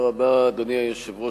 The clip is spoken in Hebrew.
בבקשה, אדוני יושב-ראש ועדת הכנסת.